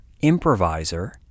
improviser